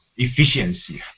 efficiency